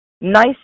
nice